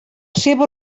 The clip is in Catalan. seva